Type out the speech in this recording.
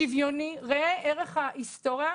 שוויוני, ראה ערך ההיסטוריה.